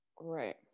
right